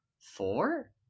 four